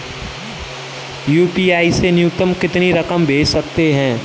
UPI से न्यूनतम कितनी रकम भेज सकते हैं?